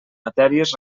matèries